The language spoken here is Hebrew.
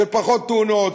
של פחות תאונות,